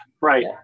Right